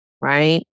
right